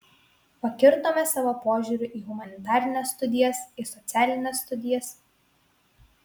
pakirtome savo požiūriu į humanitarines studijas į socialines studijas